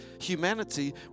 humanity